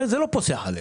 הרי הוא לא פוסח עליהם.